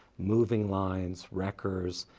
moving lines, wreckers,